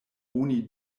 oni